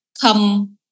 come